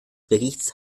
berichts